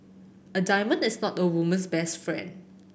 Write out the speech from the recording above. a diamond is not a woman's best friend